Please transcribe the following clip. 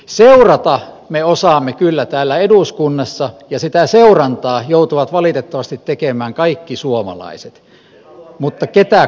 seurata me osaamme kyllä täällä eduskunnassa ja sitä seurantaa joutuvat valitettavasti tekemään kaikki suomalaiset mutta ketä kuullaan